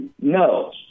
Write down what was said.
No